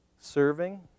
serving